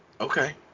Okay